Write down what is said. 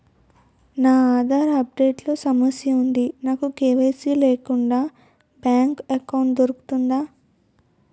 నా Aadhaar update లో సమస్య వుంది నాకు కే.వై.సీ లేకుండా బ్యాంక్ ఎకౌంట్దొ రుకుతుందా?